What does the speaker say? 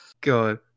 God